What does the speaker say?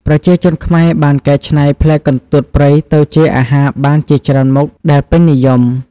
ប្រជាជនខ្មែរបានកែច្នៃផ្លែកន្ទួតព្រៃទៅជាអាហារបានជាច្រើនមុខដែលពេញនិយម។